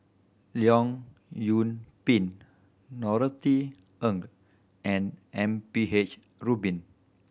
Leong Yoon Pin Norothy Ng and M P H Rubin